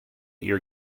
your